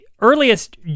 Earliest